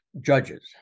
judges